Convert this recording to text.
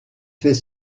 fait